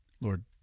Lord